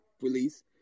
release